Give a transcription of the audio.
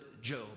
Job